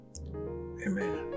amen